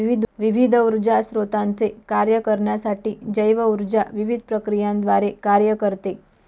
विविध ऊर्जा स्त्रोतांचे कार्य करण्यासाठी जैव ऊर्जा विविध प्रक्रियांद्वारे कार्य करते